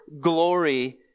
glory